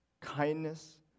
kindness